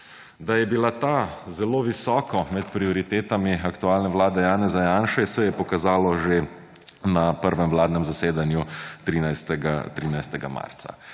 Da je bila ta zelo visoko med prioritetami aktualne vlade Janeza Janše, se je pokazalo že na prvem vladnem zasedanju 13. marca.